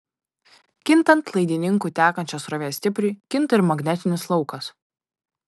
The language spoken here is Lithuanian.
kintant laidininku tekančios srovės stipriui kinta ir magnetinis laukas